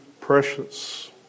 precious